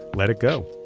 let it go